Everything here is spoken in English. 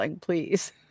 please